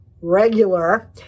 regular